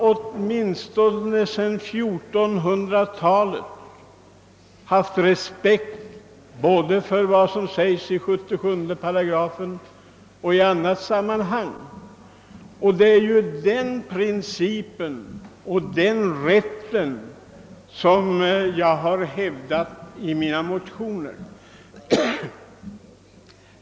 Åtminstone sedan 1400-talet har man haft respekt för vad som sägs både i lagens 77 & och på andra ställen. Det är ju den principen och den rätten som jag hävdat i mina motioner.